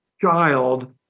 child